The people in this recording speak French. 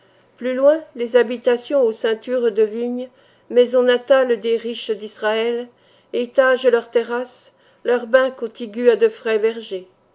plus loin les habitations aux ceintures de vigne maisons natales des riches d'israël étagent leurs terrasses leurs bains contigus à de frais vergers